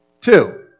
Two